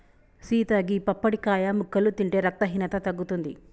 సీత గీ పప్పడికాయ ముక్కలు తింటే రక్తహీనత తగ్గుతుంది